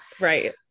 Right